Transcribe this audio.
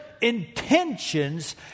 intentions